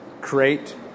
create